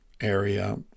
area